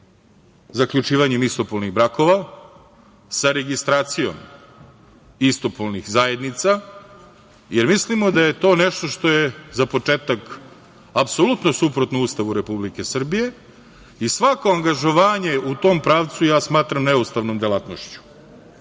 zaključivanjem istopolnih brakova, sa registracijom istopolnih zajednica, jer mislimo da je to nešto, što je, za početak, apsolutno, suprotno Ustavu Republike Srbije, i svako angažovanje u tom pravcu smatram neustavnom delatnošću.